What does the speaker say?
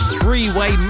three-way